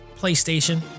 PlayStation